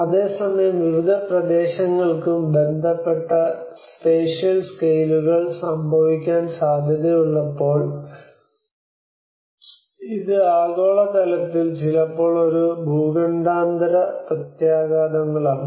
അതേസമയം വിവിധ പ്രദേശങ്ങൾക്കും ബന്ധപ്പെട്ട സ്പേഷ്യൽ സ്കെയിലുകൾ സംഭവിക്കാൻ സാധ്യതയുള്ളപ്പോൾ ഇത് ആഗോളതലത്തിൽ ചിലപ്പോൾ ഒരു ഭൂഖണ്ഡാന്തര പ്രത്യാഘാതങ്ങളാണ്